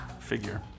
figure